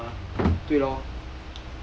siao ah 它